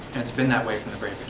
has been that way from the very